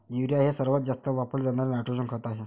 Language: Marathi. युरिया हे सर्वात जास्त वापरले जाणारे नायट्रोजन खत आहे